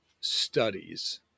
studies